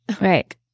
right